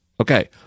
Okay